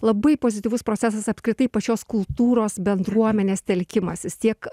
labai pozityvus procesas apskritai pačios kultūros bendruomenės telkimasis tiek